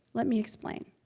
let me explain.